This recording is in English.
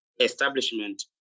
establishment